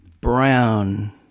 Brown